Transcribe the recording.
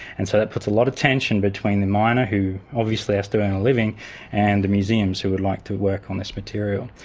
and so that puts a lot of tension between the miner who obviously has to earn a living and the museums who would like to work on this material.